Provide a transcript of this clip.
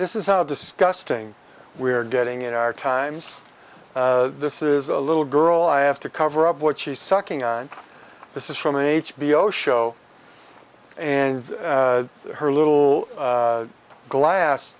this is how disgusting we are getting in our times this is a little girl i have to cover up what she's sucking on this is from h b o show and her little glass